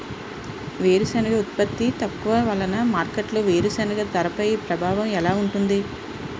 వేరుసెనగ ఉత్పత్తి తక్కువ వలన మార్కెట్లో వేరుసెనగ ధరపై ప్రభావం ఎలా ఉంటుంది?